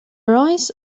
ruins